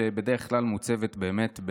שבדרך כלל מוצבת באמת,